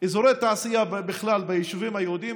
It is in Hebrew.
אזורי תעשייה בכלל ביישובים היהודיים